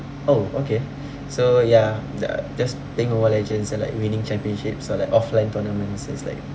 oh okay so ya the just playing Mobile Legends and like winning championships or like offline tournaments so it's like